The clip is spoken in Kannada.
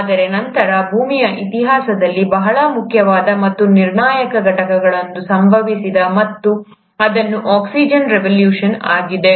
ಆದರೆ ನಂತರ ಭೂಮಿಯ ಇತಿಹಾಸದಲ್ಲಿ ಬಹಳ ಮುಖ್ಯವಾದ ಮತ್ತು ನಿರ್ಣಾಯಕ ಘಟನೆಗಳಲ್ಲೊಂದು ಸಂಭವಿಸಿದೆ ಮತ್ತು ಅದು ಆಕ್ಸಿಜನ್ ರೆವೊಲ್ಯೂಷನ್ ಆಗಿದೆ